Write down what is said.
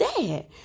dad